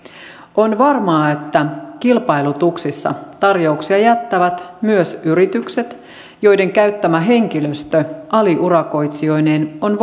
on varmaa että kilpailutuksissa tarjouksia jättävät myös yritykset joiden käyttämä henkilöstö aliurakoitsijoineen on